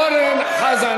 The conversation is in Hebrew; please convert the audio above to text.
אורן חזן,